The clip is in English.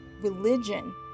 religion